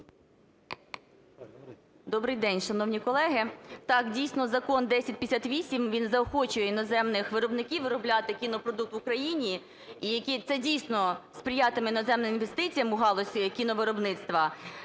Добрий день, шановні колеги. Так, дійсно, Закон 1058, він заохочує іноземних виробників виробляти кінопродукт в України, це, дійсно, сприятиме іноземним інвестиціям у галузі кіновиробництва.